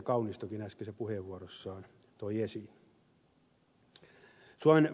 kaunistokin äskeisessä puheenvuorossaan toi esiin